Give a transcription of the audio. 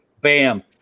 Bam